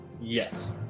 Yes